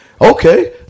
Okay